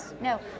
No